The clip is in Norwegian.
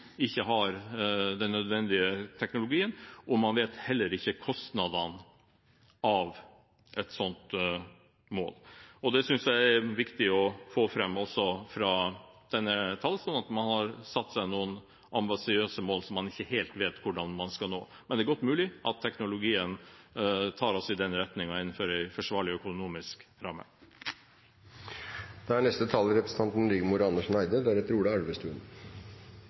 vet heller ikke kostnadene ved et slikt mål. Det synes jeg er viktig å få fram også fra denne talerstolen, at man har satt seg noen ambisiøse mål, som man ikke helt vet hvordan man skal nå. Men det er godt mulig at teknologien tar oss i den retningen innenfor en forsvarlig økonomisk ramme. Først takk til saksordføreren, som har loset oss trygt igjennom denne viktige saken. I dag er